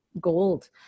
gold